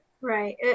Right